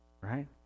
right